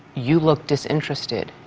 you look disinterested,